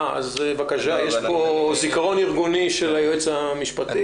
יש פה זיכרון ארגוני של היועץ המשפטי.